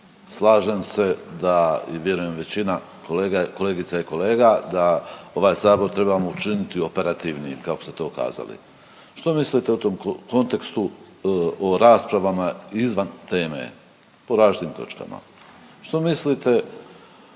Slažem se da i vjerujem većina kolega, kolegica i kolega da ovaj sabor trebamo učiniti operativnijim kao što ste kazali. Što mislite u tom kontekstu o raspravama izvan teme po različitim točkama? Što mislite